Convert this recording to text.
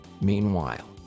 Meanwhile